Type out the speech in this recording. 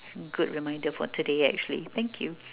good reminder for today actually thank you